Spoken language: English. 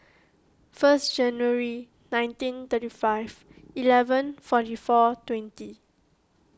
first January nineteen thirty five eleven forty four twenty